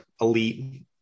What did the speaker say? elite